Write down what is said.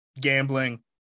gambling